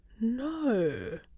No